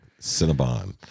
Cinnabon